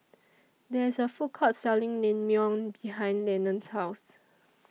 There IS A Food Court Selling Naengmyeon behind Lenon's House